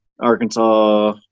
Arkansas